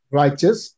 righteous